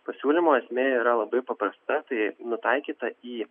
pasiūlymo esmė yra labai paprasta tai nutaikytas į